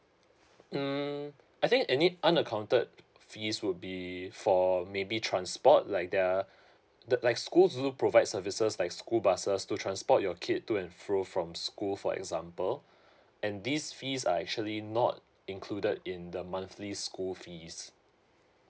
mm I think any unaccounted fees would be for maybe transport like their the like school also provide services like school buses to transport your kid to and fro from school for example and this fees are actually not included in the monthly school fees